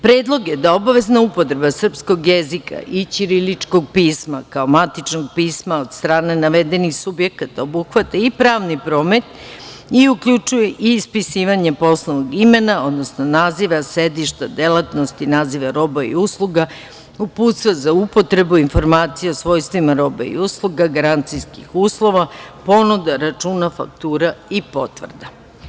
Predloge da obavezna upotreba srpskog jezika i ćiriličkog pisma, kao matičnog pisma od strane navedenih subjekata, obuhvata i pravni promet i uključuje ispisivanje poslovnog imena, odnosno naziva sedišta delatnosti i naziva roba i usluga, uputstva za upotrebu, informacija o svojstvima roba i usluga, garancijskih uslova, ponuda, računa, faktura i potvrda.